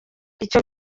icyo